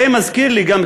זה מזכיר לי גם,